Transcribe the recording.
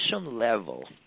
level